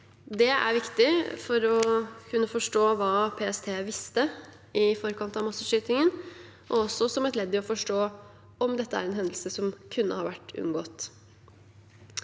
Det er viktig for å kunne forstå hva PST visste i forkant av masseskytingen, og også som et ledd i å forstå om dette er en hendelse som kunne vært unngått.